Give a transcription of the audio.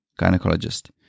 gynecologist